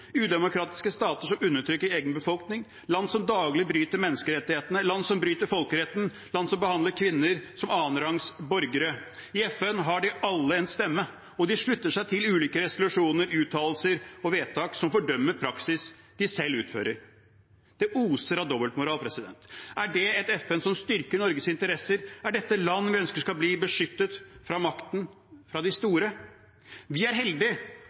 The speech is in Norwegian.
udemokratiske stater som undertrykker egen befolkning, land som daglig bryter menneskerettighetene, land som bryter folkeretten, land som behandler kvinner som annenrangs borgere. I FN har de alle en stemme. De slutter seg til ulike resolusjoner, uttalelser og vedtak som fordømmer praksis de selv utfører. Det oser av dobbeltmoral. Er det et FN som styrker Norges interesser? Er dette land vi ønsker skal bli beskyttet fra makten til de store? Vi er